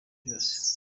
byose